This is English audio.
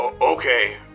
okay